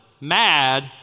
mad